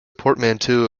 portmanteau